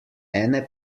ene